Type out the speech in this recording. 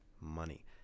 money